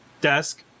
desk